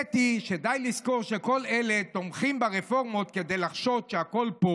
האמת היא שדי לזכור שכל אלה תומכים ברפורמות כדי לחשוד שהכול פה,